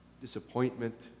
disappointment